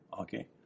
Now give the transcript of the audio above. okay